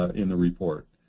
ah in the report.